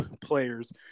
players